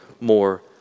more